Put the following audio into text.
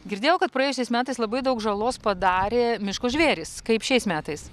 girdėjau kad praėjusiais metais labai daug žalos padarė miško žvėrys kaip šiais metais